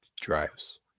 drives